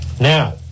Now